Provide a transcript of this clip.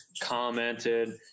commented